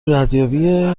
ردیابی